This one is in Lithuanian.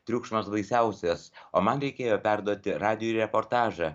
triukšmas baisiausias o man reikėjo perduoti radijui reportažą